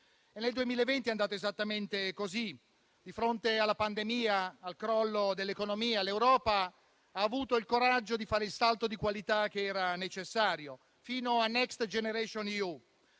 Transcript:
Nel 2020 è andata esattamente così: di fronte alla pandemia, al crollo dell'economia, l'Europa ha avuto il coraggio di fare il salto di qualità che era necessario, fino a Next generation EU.